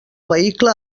vehicle